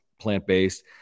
plant-based